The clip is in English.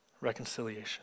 reconciliation